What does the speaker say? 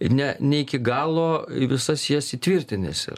ne ne iki galo visas jas įtvirtinęs ir